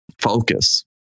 focus